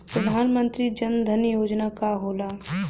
प्रधानमंत्री जन धन योजना का होला?